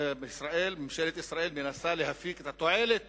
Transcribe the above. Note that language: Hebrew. ממשלת ישראל מנסה להפיק את התועלת